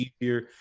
easier